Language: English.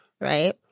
right